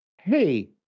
Hey